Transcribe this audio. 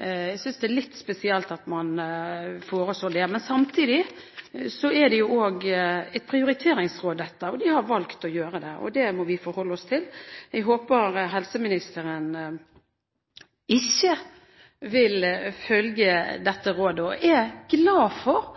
Jeg synes det er litt spesielt at man foreslår det. Samtidig er dette også et prioriteringsråd, og de har valgt å gjøre dette. Det må vi forholde oss til. Jeg håper helseministeren ikke vil følge dette rådet. Jeg er glad for